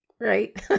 Right